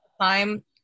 time